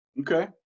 Okay